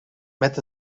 met